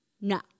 no